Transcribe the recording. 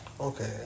Okay